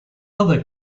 other